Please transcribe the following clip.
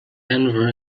denver